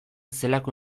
zelako